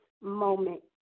moment